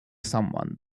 someone